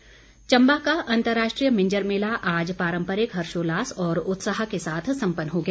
मिंजर मेला चम्बा का अंतर्राष्ट्रीय मिंजर मेला आज पारम्परिक हर्षोल्लास और उत्साह के साथ संपन्न हो गया